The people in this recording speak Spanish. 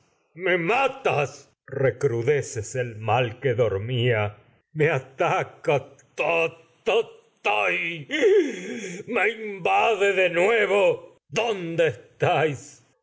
me matas recrudeces el mal que dormía me ataca vos por tototoi me invade de nuevo dónde estáis